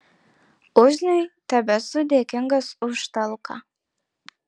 uzniui tebesu dėkingas už talką